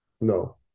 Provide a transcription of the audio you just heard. No